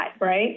right